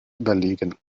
überlegen